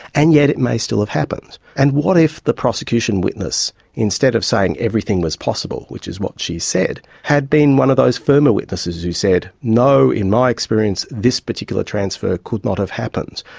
and yet it may still have happened. and what if the prosecution witness instead of saying, everything was possible which is what she said, had been one of those firmer witnesses who said, no, in my experience this particular transfer could not have happened.